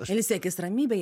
ilsėkis ramybėj